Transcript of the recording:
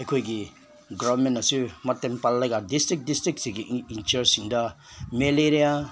ꯑꯩꯈꯣꯏꯒꯤ ꯒꯣꯕꯔꯃꯦꯟꯅꯁꯨ ꯃꯇꯦꯡ ꯄꯥꯡꯂꯒ ꯗꯤꯁꯇ꯭ꯔꯤꯛ ꯗꯤꯁꯇ꯭ꯔꯤꯛꯁꯤꯒꯤ ꯏꯟ ꯏꯟ ꯆꯥꯔꯖꯁꯤꯡꯗ ꯃꯦꯂꯔꯤꯌꯥ